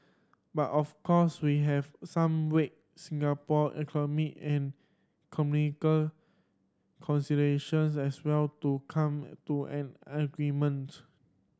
but of course we have some weigh Singapore economic and considerations as well to come to an agreement